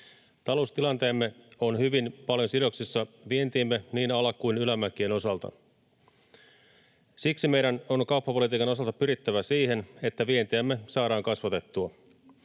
Taloustilanteemme on hyvin paljon sidoksissa vientiimme niin ala- kuin ylämäkien osalta. Siksi meidän on kauppapolitiikan osalta pyrittävä siihen, että vientiämme saadaan kasvatettua.